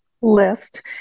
list